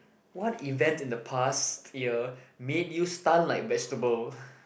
what event in the past year made you stun like vegetable